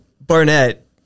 Barnett